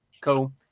cool